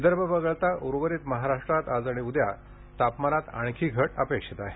विदर्भ वगळता उर्वरित महाराष्ट्रात आज आणि उद्या तापमानात आणखी घट अपेक्षित आहे